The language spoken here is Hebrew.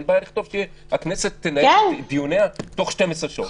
אין בעיה לכתוב שהכנסת תנהל את דיוניה תוך 12 שעות,